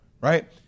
Right